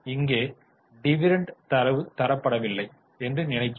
இங்கே டிவிடெண்ட் தரவு தரப்படவில்லை என்று நினைக்கிறேன்